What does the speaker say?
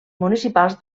municipals